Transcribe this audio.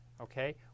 Okay